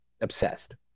obsessed